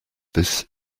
this